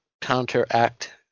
counteract